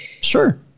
Sure